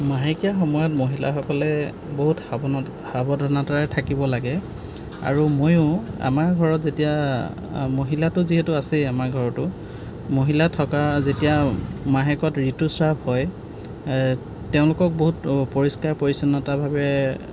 মাহেকীয়া সময়ত মহিলাসকলে বহুত সাৱধানতাৰে থাকিব লাগে আৰু ময়ো আমাৰ ঘৰত যেতিয়া মহিলাতো যিহেতু আছেই আমাৰ ঘৰতো মহিলা থকা যেতিয়া মাহেকত ঋতুস্ৰাৱ হয় তেওঁলোকক বহুত পৰিষ্কাৰ পৰিচ্ছন্নতাভাৱে